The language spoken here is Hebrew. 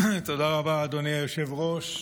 תודה רבה, אדוני היושב-ראש.